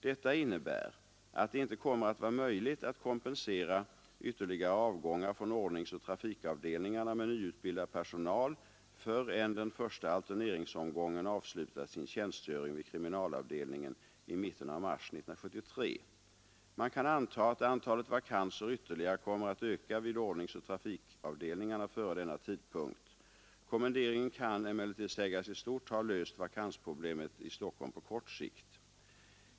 Detta innebär att det inte kommer att vara möjligt 101 att kompensera ytterligare avgångar från ordningsoch trafikavdelningarna med nyutbildad personal förrän den första alterneringsomgången avslutat sin tjänstgöring vid kriminalavdelningen i mitten av mars 1973. Man kan anta, att antalet vakanser ytterligare kommer att öka vid ordningsoch trafikavdelningarna före denna tidpunkt. Kommenderingen kan emellertid sägas i stort ha löst vakansproblemet i Stockholm på kort sikt.